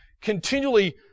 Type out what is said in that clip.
continually